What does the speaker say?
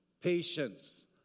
patience